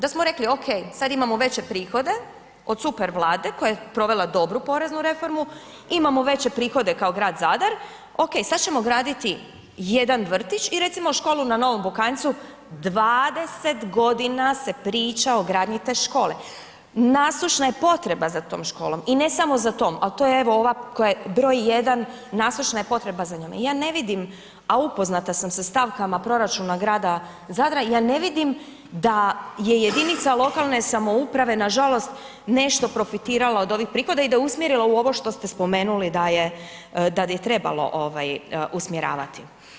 Da smo rekli ok, sad imamo veće prihode od super vlade koja je provela dobru poreznu reformu, imamo veće prihode kao grad Zadar, ok sad ćemo graditi jedan vrtić i recimo školu na Novom Bukanjcu, 20 godina se priča o gradnji te škole, nasušna je potreba za tom školom, al ne samo za tom, al to je ova koja je broj 1, nasušna je potreba za njom i ja ne vidim, a upoznata sam sa stavkama proračuna grada Zadra, ja ne vidim da je jedinica lokalne samouprave nažalost nešto profitirala od ovih prihoda i da je usmjerila u ovo što ste spomenuli da je trebalo ovaj usmjeravati.